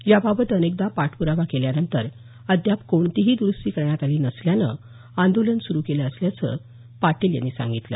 याबाबत अनेकदा पाठप्रावा केल्यानंतर अद्यापही कोणतीही दुरुस्ती करण्यात आली नसल्यानं आंदोलन सुरु केलं असल्याचं पाटील यांनी सांगितलं